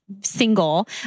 single